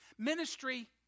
Ministry